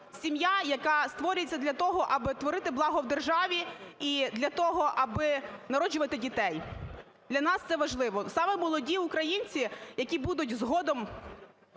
сім'я, сім'я, яка створюється для того аби творити благо в державі і для того, аби народжувати дітей. Для нас це важливо. Саме молоді українці, які будуть згодом,